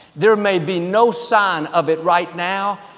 there may be no sign of it right now,